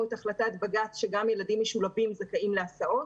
את החלטת בג"צ שגם ילדים משולבים זכאים להסעות,